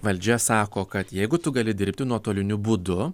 valdžia sako kad jeigu tu gali dirbti nuotoliniu būdu